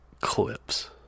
clips